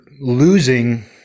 losing